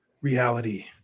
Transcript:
reality